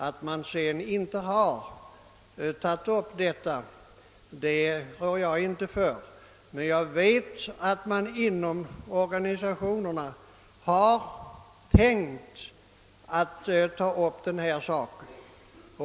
Att den tanken inte har vunnit gehör rår inte jag för, men jag vet att organisationerna har övervägt att ta upp saken.